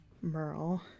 Merle